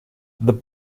the